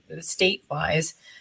state-wise